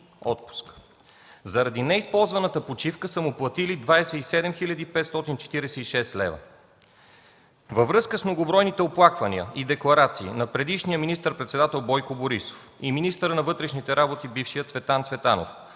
отпуск. Заради неизползваната почивка са му платили 27 546 лв. Във връзка с многобройните оплаквания и декларации на предишния министър-председател Бойко Борисов и на бившия министър на вътрешните работи Цветан Цветанов